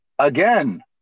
Again